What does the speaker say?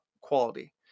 quality